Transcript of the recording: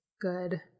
good